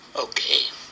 Okay